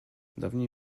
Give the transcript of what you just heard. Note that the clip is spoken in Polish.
dawniej